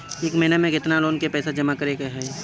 एक महिना मे केतना लोन क पईसा जमा करे क होइ?